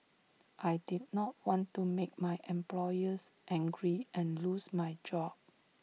I did not want to make my employers angry and lose my job